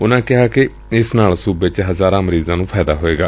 ਉਨੁਾਂ ਕਿਹਾ ਕਿ ਇਸ ਨਾਲ ਸੁਬੇ ਚ ਹਜ਼ਾਰਾਂ ਮਰੀਜ਼ਾਂ ਨੁੰ ਫਾਇਦਾ ਹੋਵੇਗਾ